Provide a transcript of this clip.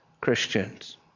Christians